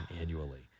annually